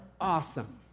awesome